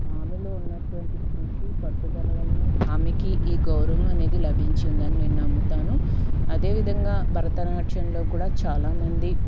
ఆమెలో ఉన్నటువంటి కృషి పట్టుదల వలనే ఆమెకి ఈ గౌరవం అనేది లభించిందని నేను నమ్ముతాను అదేవిధంగా భరతనాట్యంలో కూడా చాలామంది